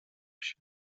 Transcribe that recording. się